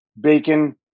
bacon